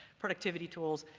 productivity tools,